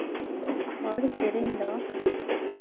ᱦᱚᱲ ᱥᱮᱨᱮᱧ ᱫᱚ